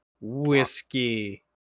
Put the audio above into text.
whiskey